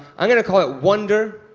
i'm going to call it wonder.